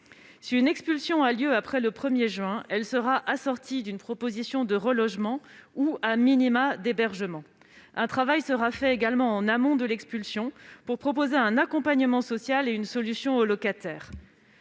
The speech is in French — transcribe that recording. Si une expulsion a lieu après le 1 juin, elle sera assortie d'une proposition de relogement ou,, d'hébergement. Un travail sera réalisé également en amont de l'expulsion, pour proposer un accompagnement social et une solution aux locataires.